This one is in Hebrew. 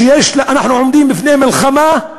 אנחנו עומדים בפני מלחמה: